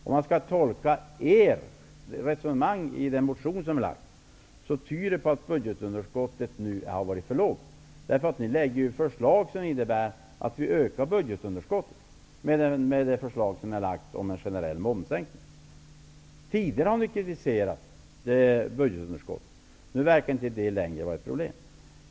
Om man skall tolka ert resonemang i er motion, får man den uppfattningen att budgetunderskottet nu har varit för lågt. Ni lägger ju fram förslag -- t.ex. förslaget om en generell momssänkning -- som innebär att budgetunderskottet ökas. Tidigare har ni kritiserat budgetunderskottet, men nu verkar inte detta längre att vara ett problem.